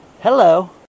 Hello